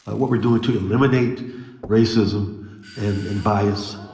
ah what we're doing to eliminate racism and and bias.